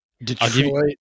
Detroit